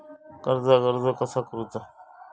कर्जाक अर्ज कसा करुचा?